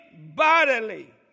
bodily